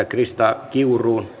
krista kiurun